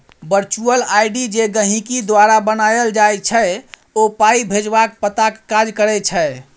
virtual ID जे गहिंकी द्वारा बनाएल जाइ छै ओ पाइ भेजबाक पताक काज करै छै